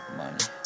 money